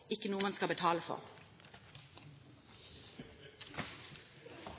ikke noe man skal betale for.